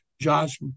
Josh